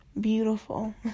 beautiful